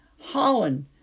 Holland